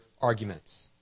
arguments